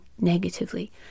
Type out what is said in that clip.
negatively